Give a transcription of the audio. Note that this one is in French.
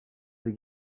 des